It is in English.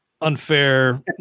unfair